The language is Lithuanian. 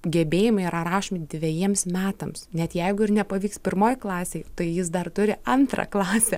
gebėjimai yra rašomi dvejiems metams net jeigu ir nepavyks pirmoj klasėj tai jis dar turi antrą klasę